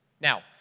Now